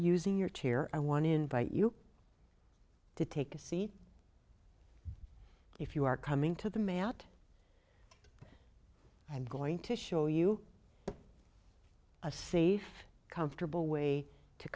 using your chair and one invite you to take a seat if you are coming to the mat i am going to show you a safe comfortable way to